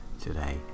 today